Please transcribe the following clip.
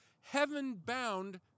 heaven-bound